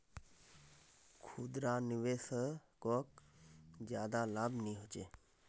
खुदरा निवेशाकोक ज्यादा लाभ नि होचे